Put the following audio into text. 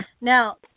Now